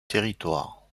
territoire